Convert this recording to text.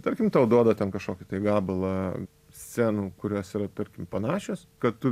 tarkim tau duoda ten kažkokį tai gabalą scenų kurios yra tarkim panašios kad tu